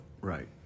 right